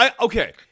okay